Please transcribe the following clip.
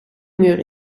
muur